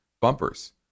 bumpers